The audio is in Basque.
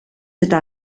eta